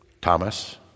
Thomas